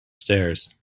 stairs